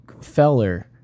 feller